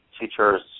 teachers